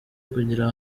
kungira